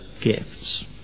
gifts